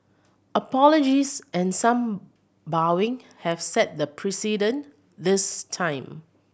apologies and some bowing have set the precedent this time